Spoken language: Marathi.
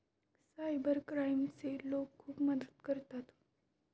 सायबर क्राईमचे लोक खूप मदत करतात